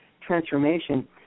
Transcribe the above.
transformation